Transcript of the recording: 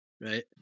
right